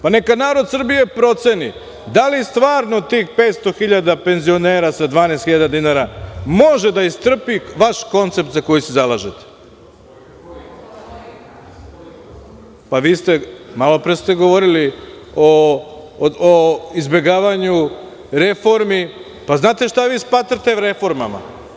Pa neka narod Srbije proceni da li stvarno tih 500.000 penzionera sa 12.000 dinara može da istrpi vaš koncept za koji se zalažete. (Narodni poslanici DS dobacuju:Koji koncept?) Vi ste, malopre ste govorili o izbegavanju reformi, a znate šta vi smatrate reformama?